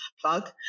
plug